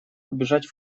убежать